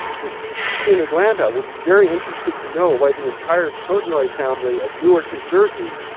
the cdc in atlanta will be very interested to know why the entire trotanoy family of newark, new jersey,